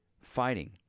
fighting